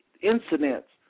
incidents